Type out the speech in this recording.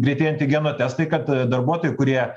greitieji antigeno testai kad darbuotojai kurie